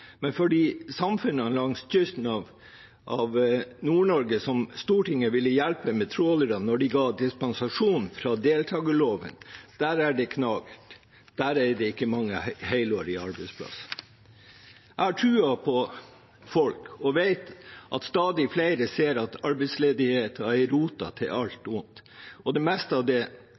men for samfunnene langs kysten av Nord-Norge, som Stortinget ville hjelpe med trålere da de ga dispensasjon fra deltakerloven, der er det knagert. Der er det ikke mange helårige arbeidsplasser. Jeg har troen på folk og vet at stadig flere ser at arbeidsledighet er roten til alt ondt. Det meste av det